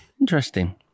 interesting